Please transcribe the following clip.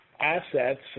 assets